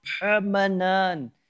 permanent